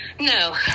No